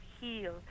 heal